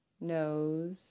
nose